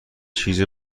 چیز